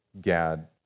Gad